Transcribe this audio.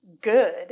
good